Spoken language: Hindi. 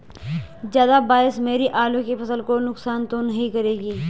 ज़्यादा बारिश मेरी आलू की फसल को नुकसान तो नहीं करेगी?